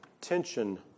Tension